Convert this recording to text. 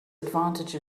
advantage